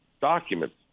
documents